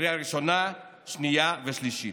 לקריאה ראשונה, שנייה ושלישית.